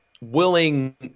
willing